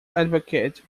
advocate